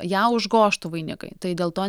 ją užgožtų vainikai tai dėl to